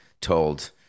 told